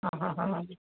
आहाहा